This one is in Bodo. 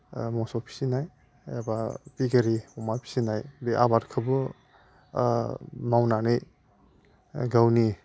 मोसौ फिसिनाय एबा पिगारि अमा फिसिनाय बे आबादखोबो मावनानै गावनि